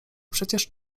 przecież